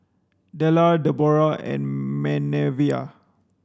Dellar Deborah and Manervia